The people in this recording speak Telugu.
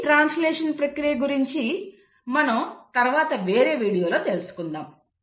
ఈ ట్రాన్స్లేషన్ ప్రక్రియ గురించి మనం తర్వాత వేరే వీడియో లో తెలుసుకుందాం